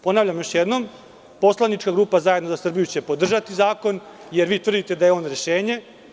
Ponavljam još jednom, poslanička grupa Zajedno za Srbiju će podržati zakon, jer vi tvrdite da je on rešenje.